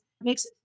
makes